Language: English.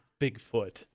Bigfoot